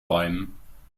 bäumen